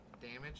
Damage